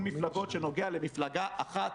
מפכ"ל המשטרה ייבחר על ידי ראש הממשלה.